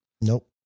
nope